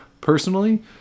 personally